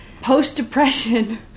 post-depression